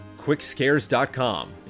Quickscares.com